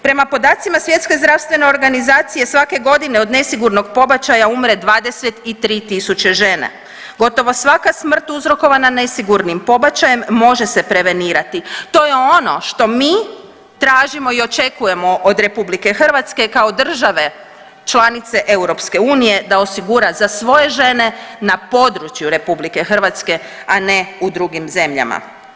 Prema podacima Svjetske zdravstvene organizacije svake godine od nesigurnog pobačaja umre 23.000 žena, gotovo svaka smrt uzrokovana nesigurnim pobačajem može se prevenirati, to je ono što mi tražimo i očekujemo od RH kao države članice EU da osigura za svoje žene na području RH, a ne u drugim zemljama.